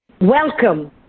Welcome